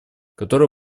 которая